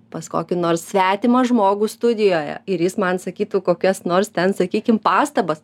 pas kokį nors svetimą žmogų studijoje ir jis man sakytų kokias nors ten sakykim pastabas